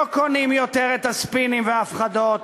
לא קונים יותר את הספינים וההפחדות.